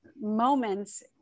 moments